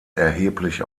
erheblich